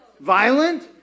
Violent